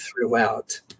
throughout